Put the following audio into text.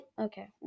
Okay